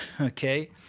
Okay